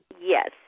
Yes